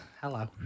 Hello